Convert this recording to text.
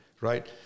Right